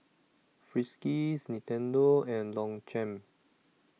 Friskies Nintendo and Longchamp